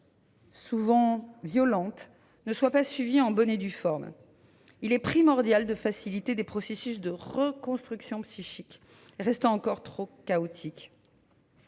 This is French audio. souvent violente, ne soient pas suivis en bonne et due forme. Il est primordial de faciliter des processus de reconstruction psychique, lesquels restent encore trop chaotiques.